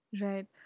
Right